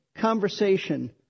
conversation